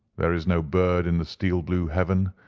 there is no bird in the steel-blue heaven,